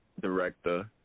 director